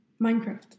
Minecraft